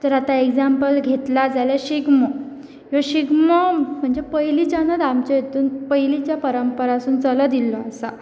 तर आतां एग्जाम्पल घेतला जाल्यार शिगमो ह्यो शिगमो म्हणजे पयलींच्यानत आमच्या हितून पयलींच्या परंपरासून चलत येल्लो आसा